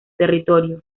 territorio